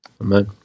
Amen